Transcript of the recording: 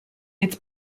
its